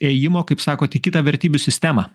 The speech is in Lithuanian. ėjimo kaip sakot į kitą vertybių sistemą